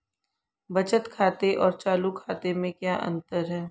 बचत खाते और चालू खाते में क्या अंतर है?